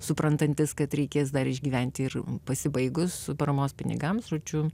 suprantantis kad reikės dar išgyventi ir pasibaigus paramos pinigams žodžiu